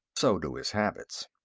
so do his habits.